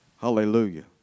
Hallelujah